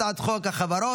הצעת חוק החברות